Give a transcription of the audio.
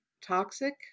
toxic